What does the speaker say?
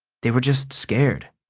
they were just scared.